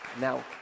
Now